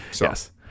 Yes